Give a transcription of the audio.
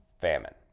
famine